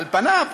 על פניו,